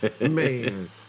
Man